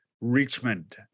Richmond